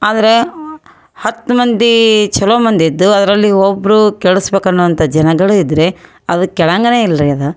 ಆದರೆ ಹತ್ತು ಮಂದಿ ಚೊಲೋ ಮಂದಿ ಇದ್ದು ಅದರಲ್ಲಿ ಒಬ್ಬರು ಕೆಡಿಸ್ಬೇಕ್ ಅನ್ನೋ ಅಂಥ ಜನಗಳು ಇದ್ದರೆ ಅದು ಕೆಡಂಗನ ಇಲ್ಲ ರೀ ಅದು